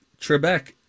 Trebek